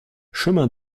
chemin